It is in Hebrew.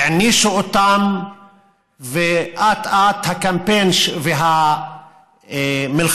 הענישו אותם, ואט-אט הקמפיין והמלחמה,